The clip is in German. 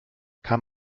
kann